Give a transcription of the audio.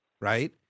right